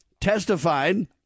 testified